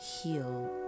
Heal